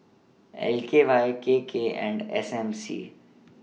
L K Y K K and S M C